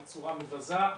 בצורה מבזה,